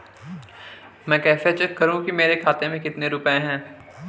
मैं कैसे चेक करूं कि मेरे खाते में कितने रुपए हैं?